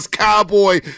Cowboy